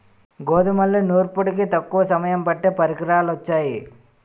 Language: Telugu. గోధుమల్ని నూర్పిడికి తక్కువ సమయం పట్టే పరికరాలు వొచ్చాయి